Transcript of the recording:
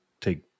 take